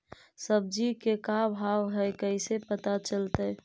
सब्जी के का भाव है कैसे पता चलतै?